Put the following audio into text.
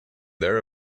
their